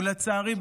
לצערי,